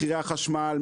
מחירי החשמל,